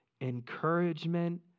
encouragement